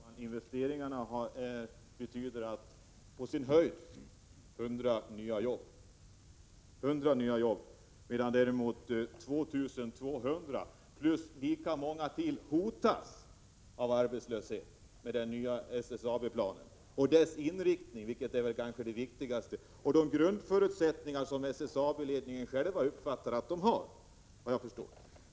Fru talman! Investeringarna ger på sin höjd nya jobb för 100 personer. Däremot kastas 2 200 ut i arbetslöshet och lika många hotas av arbetslöshet, med inriktningen i den nya SSAB-planen. Det är, såvitt jag förstår, det viktigaste enligt de grundförutsättningar som SSAB-ledningen torde ha.